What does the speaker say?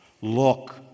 look